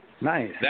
Nice